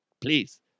Please